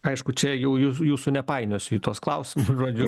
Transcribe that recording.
aišku čia jau jūsų jūsų nepainiosiu į tuos klausimus žodžiu